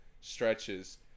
stretches